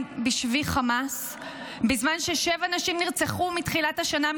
בשבי חמאס; בזמן ששבע נשים נרצחו מתחילת השנה,